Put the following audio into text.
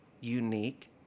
unique